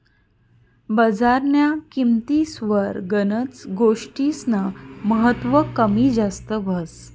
बजारन्या किंमतीस्वर गनच गोष्टीस्नं महत्व कमी जास्त व्हस